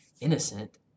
innocent